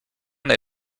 camp